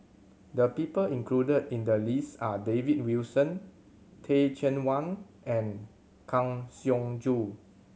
the people included in the list are David Wilson Teh Cheang Wan and Kang Siong Joo